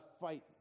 fight